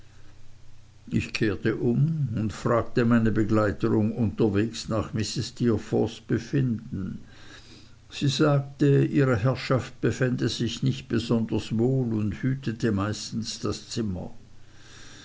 ich kehrte um und fragte meine begleiterin unterwegs nach mrs steerforths befinden sie sagte ihre herrschaft befände sich nicht besonders wohl und hütete meistens das zimmer